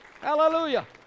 Hallelujah